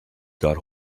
got